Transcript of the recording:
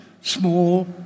small